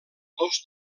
dos